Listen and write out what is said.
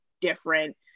different